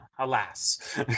alas